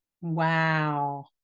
Wow